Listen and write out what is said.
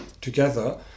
together